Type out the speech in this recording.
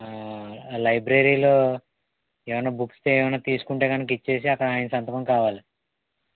ఆ లైబ్రరీలో ఏమైనా బుక్స్ ఏమైనా తీసుకుంటే కనుక ఇచ్చి అక్కడ ఆయన సంతకం కావాలి